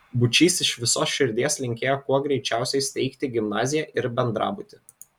būčys iš visos širdies linkėjo kuo greičiausiai steigti gimnaziją ir bendrabutį